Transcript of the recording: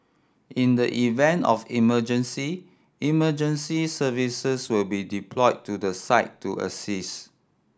in the event of emergency emergency services will be deployed to the site to assist